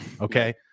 Okay